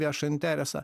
viešą interesą